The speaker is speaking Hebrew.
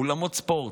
אולמות ספורט,